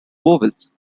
vowels